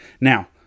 now